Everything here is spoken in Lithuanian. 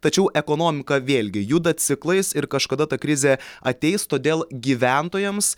tačiau ekonomika vėlgi juda ciklais ir kažkada ta krizė ateis todėl gyventojams